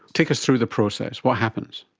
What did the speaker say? take us through the process, what happens?